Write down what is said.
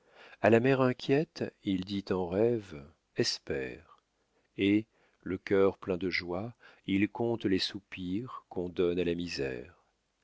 a la mère inquiète il dit en rêve espère et le cœur plein de joie il compte les soupirs qu'on donne à la misère